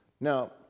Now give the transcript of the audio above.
Now